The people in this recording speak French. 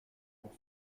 pour